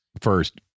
First